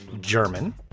German